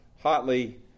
hotly